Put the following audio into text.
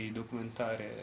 documentare